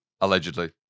allegedly